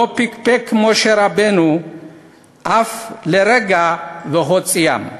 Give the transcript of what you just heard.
לא פקפק משה רבנו אך לרגע והוציאם.